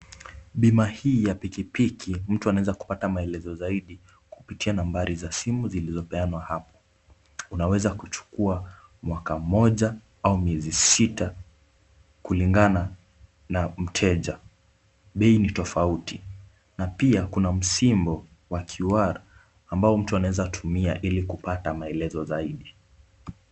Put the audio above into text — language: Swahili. Bima hii ya pikipiki mtu anaweza kupata maelezo zaidi kupitia nambari za simu zilizopeanwa hapo. Unawezachukua mwaka mmoja au miezi sita kulingana na mteja. Bei ni tofauti na pia kuna msimbo wa QR ambao mtu anawezatumia ili kupata maelezo zaidi.